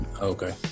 Okay